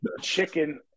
chicken